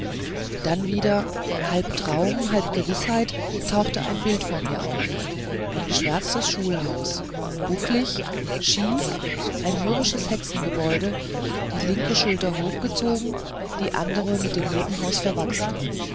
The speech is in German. dann wieder halb traum halb gewißheit tauchte ein bild vor mir auf ein geschwärztes schulhaus bucklig schief ein mürrisches hexengebäude die linke schulter hochgezogen die andere mit einem nebenhaus verwachsen